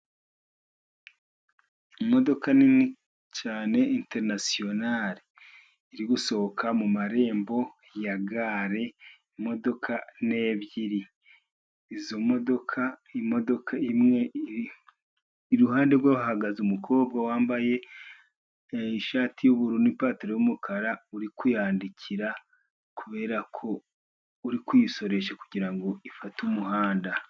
Imodoka nini cyane interinasiyonari iri gusohoka mu marembo ya gare, imodoka ni ebyiri. izo modoka, imodoka imwe iruhande rwa yo hahagaze umukobwa wambaye ishati y'ubururu n'ipantaro y'umukara uri kuyandikira kubera ko, uri kuyisoresha kugirango ifate umuhanda.